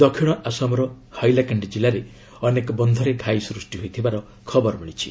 ଦକ୍ଷିଣ ଆସାମର ହାଇଲାକାଣ୍ଡି ଜିଲ୍ଲାରେ ଅନେକ ବନ୍ଧରେ ଘାଇ ସୃଷ୍ଟି ହୋଇଥିବା ଖବର ମିଳିଛି